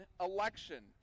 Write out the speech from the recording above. election